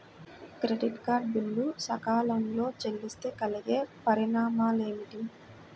Credit card bill సకాలంలో చెల్లిస్తే కలిగే పరిణామాలేమిటి?